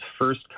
first